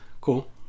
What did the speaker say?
Cool